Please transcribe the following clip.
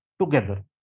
together